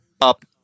up